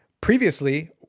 previously